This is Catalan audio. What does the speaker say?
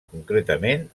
concretament